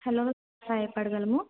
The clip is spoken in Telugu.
హలో సాయపడగలము